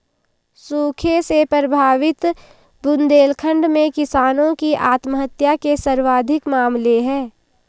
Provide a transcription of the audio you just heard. सूखे से प्रभावित बुंदेलखंड में किसानों की आत्महत्या के सर्वाधिक मामले है